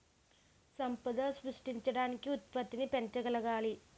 సంపద సృష్టించడానికి ఉత్పత్తిని పెంచగలగాలి